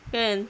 kan